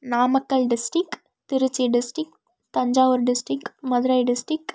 Namakkal district Trichy district Thanjavur district Madurai district